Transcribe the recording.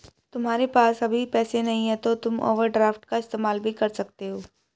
तुम्हारे पास अभी पैसे नहीं है तो तुम ओवरड्राफ्ट का इस्तेमाल भी कर सकते हो